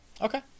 okay